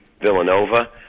Villanova